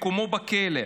מקומו בכלא.